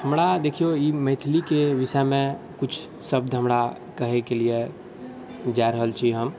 हमरा देखिऔ ई मैथिलीके विषयमे किछु शब्द हमरा कहैके लिए जा रहल छी हम